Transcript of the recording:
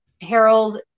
Harold